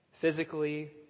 physically